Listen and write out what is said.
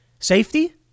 Safety